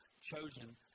chosen